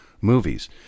movies